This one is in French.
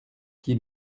qui